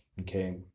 okay